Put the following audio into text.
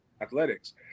athletics